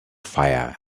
fire